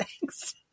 thanks